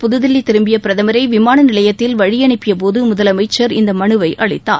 புதுதில்லி திரும்பிய பிரதமரை விமான நிலையத்தில் வழியனுப்பியபோது முதலமைச்சர் இந்த மனுவை அளித்தார்